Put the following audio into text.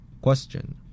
Question